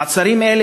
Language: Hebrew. מעצרים אלה,